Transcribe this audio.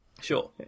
sure